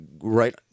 right